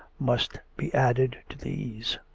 must be added to these?